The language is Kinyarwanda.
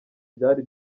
byari